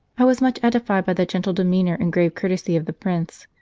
i was much edified by the gentle demeanour and grave courtesy of the prince.